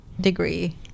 degree